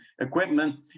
equipment